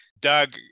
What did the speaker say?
doug